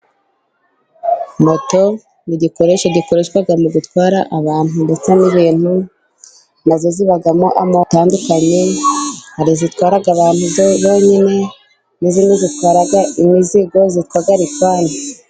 Moto ni igikoresho gikoreshwa mu gutwara abantu ndetse n'ibintu. Na zo zibamo amoko atandukanye. Hari izitwara abantu bonyine, n'iz'indi zitwara imizigo bita rivani.